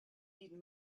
need